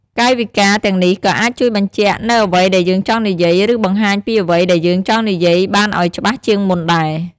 កាយវិការទាំងនេះក៏អាចជួយបញ្ជាក់នូវអ្វីដែលយើងចង់និយាយ ឬ បង្ហាញពីអ្វីដែលយើងចង់និយាយឱ្យបានច្បាស់ជាងមុនដែរ។